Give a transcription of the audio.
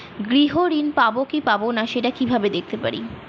গৃহ ঋণ পাবো কি পাবো না সেটা কিভাবে দেখতে পারি?